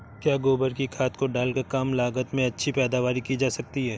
क्या गोबर की खाद को डालकर कम लागत में अच्छी पैदावारी की जा सकती है?